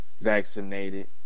vaccinated